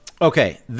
Okay